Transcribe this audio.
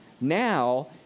Now